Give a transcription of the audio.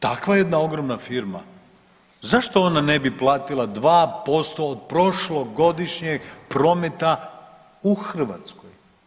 Takva jedna ogromna firma zašto ona ne bi platila 2% od prošlogodišnjeg prometa u Hrvatskoj?